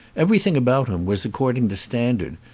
everything about him was according to standard,